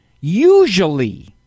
Usually